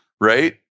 right